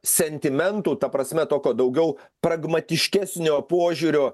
sentimentų ta prasme tokio daugiau pragmatiškesnio požiūrio